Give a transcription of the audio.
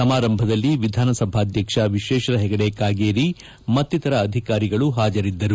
ಸಮಾರಂಭದಲ್ಲಿ ವಿಧಾನಸಭಾಧ್ಯಕ್ಷ ವಿಶ್ವೇಶ್ವರ ಹೆಗಡೆ ಕಾಗೇರಿ ಮತ್ತಿತರ ಅಧಿಕಾರಿಗಳು ಹಾಜರಿದ್ದರು